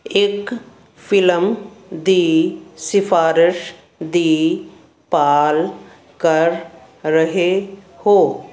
ਇੱਕ ਫਿਲਮ ਦੀ ਸਿਫਾਰਸ਼ ਦੀ ਭਾਲ ਕਰ ਰਹੇ ਹੋ